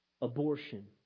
abortion